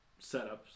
setups